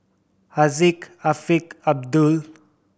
Haziq Afiq Abdul